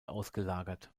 ausgelagert